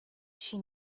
she